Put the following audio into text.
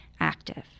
active